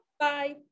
Bye